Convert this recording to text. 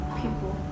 people